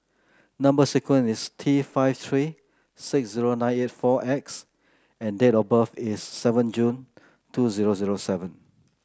number sequence is T five three six zero nine eight four X and date of birth is seven June two zero zero seven